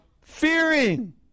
fearing